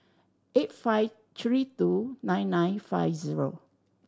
eight five three two nine nine five zero